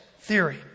theory